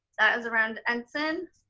that is around ensign.